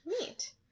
Neat